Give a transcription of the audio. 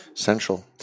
essential